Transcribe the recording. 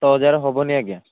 ସାତ ହଜାର ହେବନି ଆଜ୍ଞା